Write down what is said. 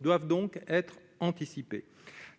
doivent donc être anticipé